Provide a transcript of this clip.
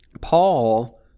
Paul